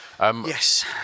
yes